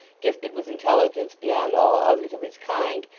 gifted with intelligence beyond all others of his kind,